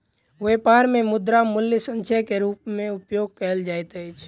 व्यापार मे मुद्रा मूल्य संचय के रूप मे उपयोग कयल जाइत अछि